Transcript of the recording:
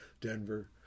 Denver